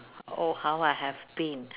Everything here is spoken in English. oh how I have been